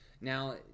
Now